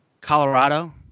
Colorado